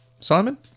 Simon